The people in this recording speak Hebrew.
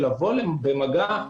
לבוא במגע,